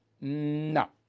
No